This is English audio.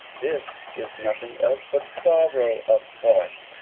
this is nothing else but sorrow of heart.